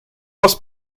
was